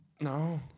No